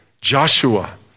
Joshua